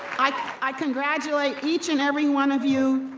i congratulate each and every one of you.